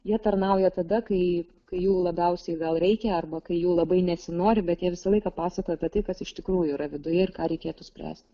jie tarnauja tada kai kai jų labiausiai gal reikia arba kai jų labai nesinori bet jie visą laiką pasakoja apie tai kas iš tikrųjų yra viduje ir ką reikėtų spręsti